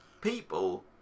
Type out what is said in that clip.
people